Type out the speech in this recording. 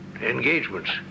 Engagements